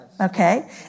Okay